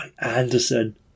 Anderson